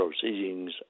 proceedings